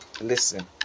listen